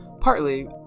Partly